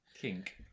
kink